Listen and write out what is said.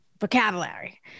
vocabulary